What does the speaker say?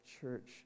church